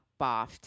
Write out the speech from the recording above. boffed